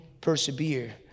persevere